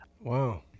wow